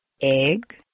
egg